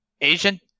Asian